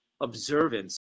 observance